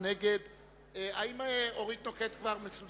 והיא הביטה בי במבט אין אונים ואמרה: אתה יודע מי מנהל את הוועדה הזאת,